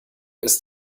ist